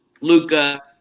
Luca